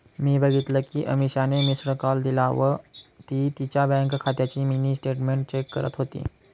मी बघितल कि अमीषाने मिस्ड कॉल दिला व ती तिच्या बँक खात्याची मिनी स्टेटमेंट चेक करत होती